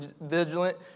vigilant